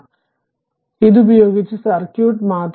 അതിനാൽ ഇതുപയോഗിച്ച് സർക്യൂട്ട് മാത്രം